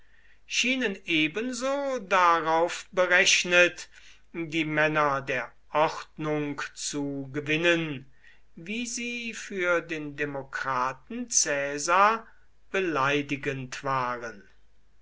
schienen ebenso darauf berechnet die männer der ordnung zu gewinnen wie sie für den demokraten caesar beleidigend waren